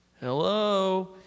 Hello